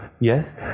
Yes